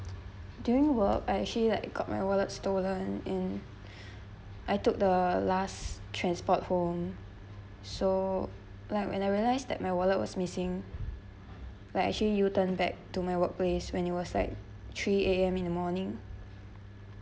during work I actually like got my wallet stolen in I took the last transport home so like when I realized that my wallet was missing Iike actually U turn back to my workplace when it was like three A_M in the morning